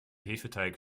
hefeteig